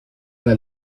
una